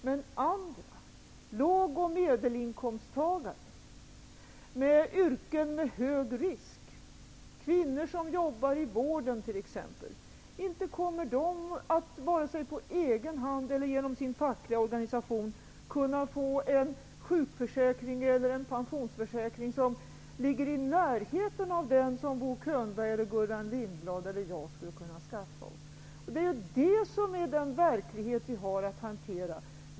Men andra, låg och medelinkomsttagare med yrken med hög risk, kvinnor som jobbar i vården t.ex., inte kommer de att vare sig på egen hand eller genom sin fackliga organisation kunna få en sjukförsäkring eller en pensionsförsäkring som ligger i närheten av den som Bo Könberg, Gullan Lindblad eller jag skulle kunna skaffa oss. Det är det som är den verklighet vi har att hantera.